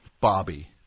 Bobby